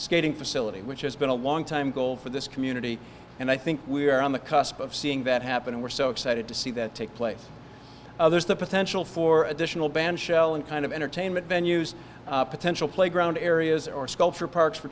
skating facility which has been a long time goal for this community and i think we are on the cusp of seeing that happen and we're so excited to see that take place others the potential for additional bandshell and kind of entertainment venues potential playground areas or sculpture parks for